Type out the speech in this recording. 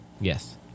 Yes